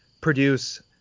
produce